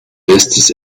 bestes